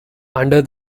under